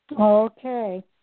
Okay